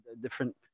different